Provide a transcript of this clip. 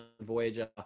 Voyager